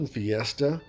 Fiesta